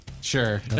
Sure